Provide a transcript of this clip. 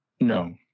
No